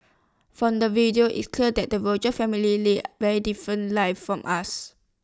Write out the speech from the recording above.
from the video it's clear that the Rogers family leads very different lives from us